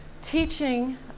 teaching